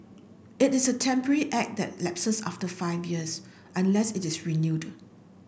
it is a temporary act that lapses after five years unless it is renewed